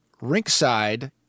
rinkside